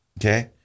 okay